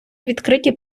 відкриті